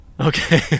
Okay